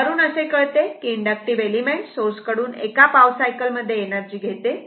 यावरून असे कळते की इंडक्टिव्ह एलिमेंट सोर्स कडून एका पाव सायकल मध्ये एनर्जी घेते